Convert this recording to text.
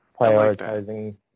Prioritizing